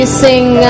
sing